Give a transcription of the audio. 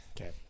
Okay